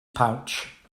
pouch